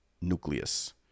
nucleus